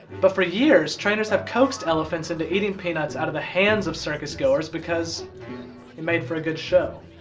but for years, trainers have coaxed elephants into eating peanuts out of the hands of circus-goers because it made for a good show.